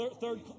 Third